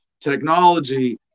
technology